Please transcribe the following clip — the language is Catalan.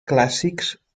clàssics